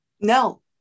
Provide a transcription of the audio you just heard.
No